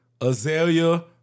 Azalea